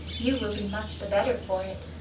you will be much the better for it.